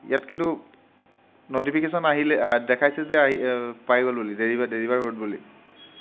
ইয়াত কিন্তু নটিফিকেশ্যন আহিলে দেখাইছে যে পাই গ'লো বুলি ডেলিভাৰ্ড ডেলিভাৰ হ'ল বুলি